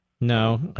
No